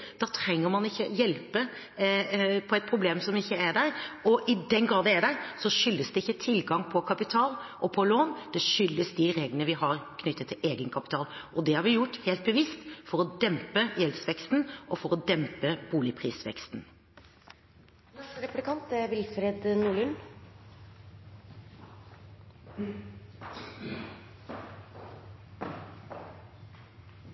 Da trenger man ikke å hjelpe på et problem som ikke er der, og i den grad det er der, så skyldes det ikke tilgangen på kapital og på lån, det skyldes de reglene vi har knyttet til egenkapital. Og det har vi gjort helt bevisst for å dempe gjeldsveksten og for å dempe boligprisveksten. Det er